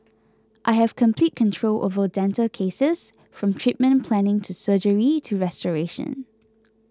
I have complete control over dental cases from treatment planning to surgery to restoration